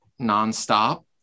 nonstop